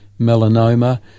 melanoma